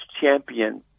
champion